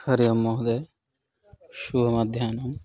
हरि ओं महोदय शुभमध्याह्नः